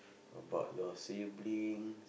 about your sibling